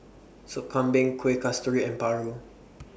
Sop Kambing Kueh Kasturi and Paru